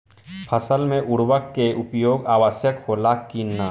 फसल में उर्वरक के उपयोग आवश्यक होला कि न?